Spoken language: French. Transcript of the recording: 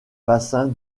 bassin